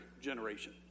generation